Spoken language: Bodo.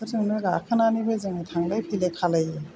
बेफोरजोंनो गाखोनानैबो जोङो थांलाय फैलाय खालायो